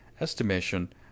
Estimation